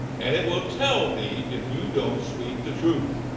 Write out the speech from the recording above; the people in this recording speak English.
and it will tell me if you don't speak the truth.